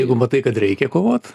jeigu matai kad reikia kovot